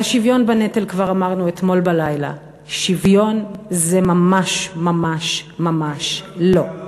על השוויון בנטל אמרנו כבר אתמול בלילה: שוויון זה ממש ממש ממש לא.